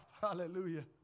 Hallelujah